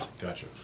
gotcha